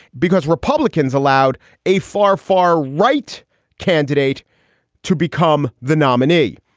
because republicans allowed a far, far right candidate to become the nominee.